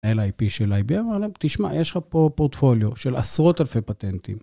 אלה ה-IP של IBM, אבל תשמע, יש לך פה פורטפוליו של עשרות אלפי פטנטים.